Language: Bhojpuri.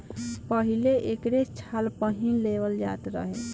पहिले एकरे छाल पहिन लेवल जात रहे